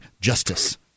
justice